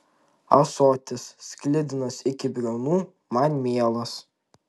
ąsotis sklidinas iki briaunų man mielas